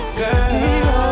girl